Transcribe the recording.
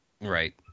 Right